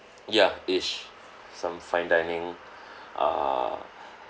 ya is some fine dining err